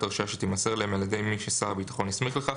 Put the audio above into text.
הרשאה שתימסר להם על ידי מי ששר הביטחון הסמיך לכך",